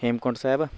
Hemkunt Sahib